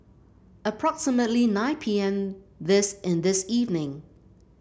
approximately nine P M this in this evening